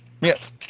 Yes